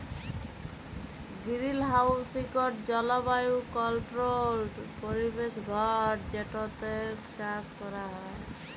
greenhouse ইকট জলবায়ু controlled পরিবেশ ঘর যেটতে চাষ ক্যরা হ্যয়